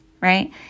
right